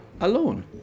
alone